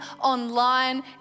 online